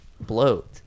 bloat